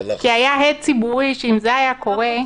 כי היה הד ציבורי שאם זה היה קורה,